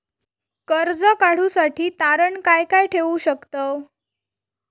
कर्ज काढूसाठी तारण काय काय ठेवू शकतव?